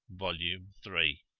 volume three